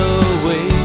away